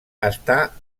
està